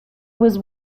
was